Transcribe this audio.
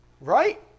Right